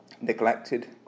neglected